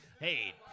Hey